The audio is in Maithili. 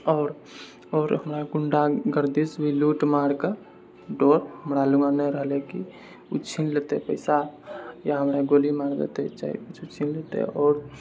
आओर आओर हमरा गुण्डागर्दीसे भी लूटमारके डर हमरा लोगकेँ नहि रहलेै कि ओ छिन लेतै पैसा या हमरा गोली मारि देतय चाहे किछु छिन लेतै आओर